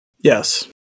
Yes